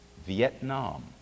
Vietnam